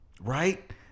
Right